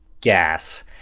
gas